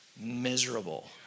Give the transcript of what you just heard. miserable